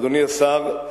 אדוני השר,